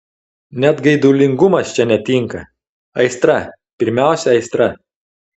net geidulingumas čia netinka aistra pirmiausia aistra